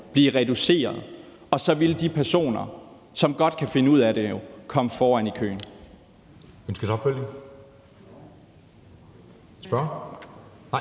blive reduceret, og så ville de personer, som godt kan finde ud af det, komme foran i køen. Kl. 13:17 Anden næstformand